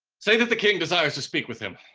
say that the king desires to speak with him.